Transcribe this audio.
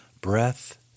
breath